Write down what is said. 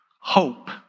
hope